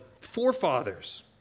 forefathers